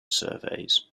surveys